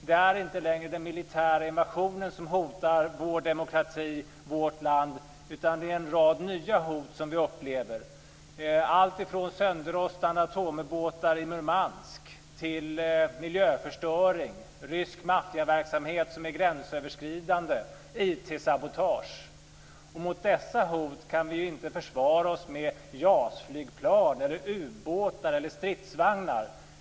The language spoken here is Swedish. Det är inte längre den militära invasionen som hotar vår demokrati och vårt land, utan vi upplever en rad nya hot. Det handlar om alltifrån sönderrostande atomubåtar i Murmansk till miljöförstöring, rysk gränsöverskridande maffiaverksamhet och IT-sabotage. När det gäller dessa hot kan vi inte försvara oss med JAS-flygplan, ubåtar eller stridsvagnar.